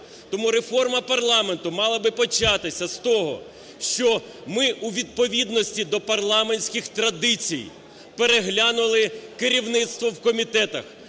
Тому реформа парламенту мала би початися з того, що ми у відповідності до парламентських традицій переглянули керівництво в комітетах,